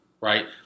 right